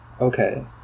okay